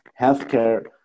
healthcare